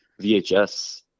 VHS